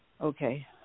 okay